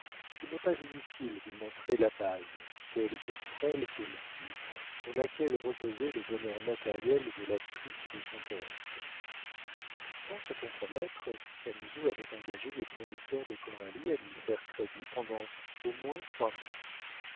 qu'il n'est pas inutile de montrer la base quelque frêle qu'elle fût sur laquelle reposait le bonheur matériel de l'actrice et de son poète sans se compromettre camusot avait engagé les fournisseurs de coralie à lui faire crédit pendant au moins trois mois